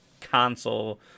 console